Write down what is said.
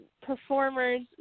performers